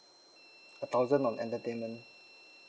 a thousand on entertainment